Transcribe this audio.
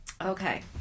Okay